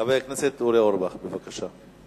חבר הכנסת אורי אורבך, בבקשה.